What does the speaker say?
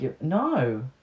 No